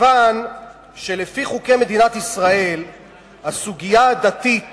כיוון שלפי חוקי מדינת ישראל הסוגיה הדתית